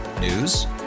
News